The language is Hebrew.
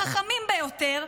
החכמים ביותר,